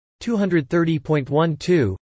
230.12